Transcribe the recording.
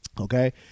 okay